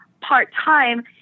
part-time